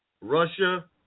russia